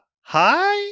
hi